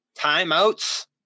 timeouts